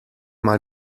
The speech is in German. mal